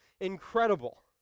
incredible